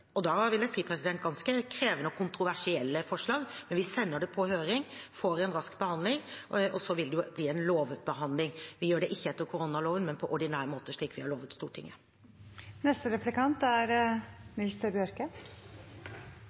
ganske krevende og kontroversielle forslag, vil jeg si. Vi sender det på høring for en rask behandling, og så vil det bli en lovbehandling. Vi gjør det ikke etter koronaloven, men på ordinær måte, slik vi har lovet